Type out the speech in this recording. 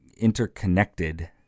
interconnected